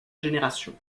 génération